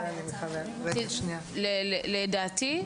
לדעתי,